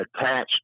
attached